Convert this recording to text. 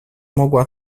mogła